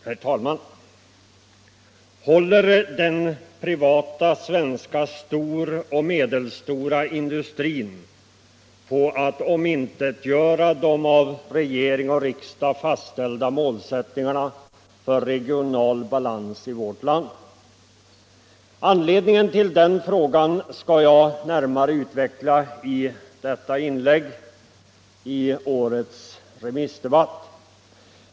Herr talman! Håller den privata svenska stora och medelstora industrin på att omintetgöra de av regering och riksdag fastställda målsättningarna för regional balans i vårt land? Anledningen till den frågan skall jag närmare utveckla i detta inlägg i årets remissdebatt.